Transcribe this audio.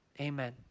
Amen